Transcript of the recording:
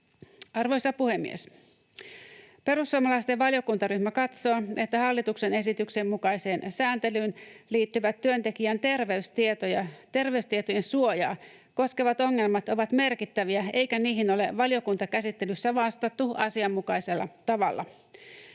Arvoisa puhemies! Perussuomalaisten valiokuntaryhmä katsoo, että hallituksen esityksen mukaiseen sääntelyyn liittyvät työntekijän terveystietojen suojaa koskevat ongelmat ovat merkittäviä eikä niihin ole valiokuntakäsittelyssä vastattu asianmukaisella tavalla.